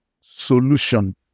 solution